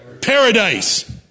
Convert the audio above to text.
paradise